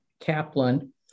Kaplan